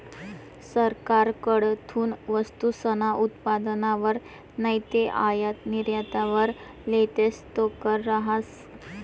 सरकारकडथून वस्तूसना उत्पादनवर नैते आयात निर्यातवर लेतस तो कर रहास